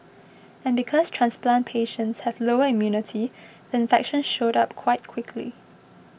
and because transplant patients have lower immunity the infection showed up quite quickly